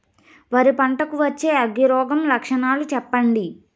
వరి పంట కు వచ్చే అగ్గి రోగం లక్షణాలు చెప్పండి?